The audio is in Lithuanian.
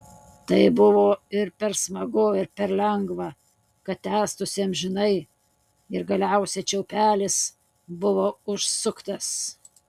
tai buvo ir per smagu ir per lengva kad tęstųsi amžinai ir galiausiai čiaupelis buvo užsuktas